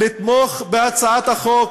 לתמוך בהצעת החוק.